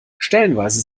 stellenweise